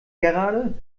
gerade